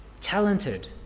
talented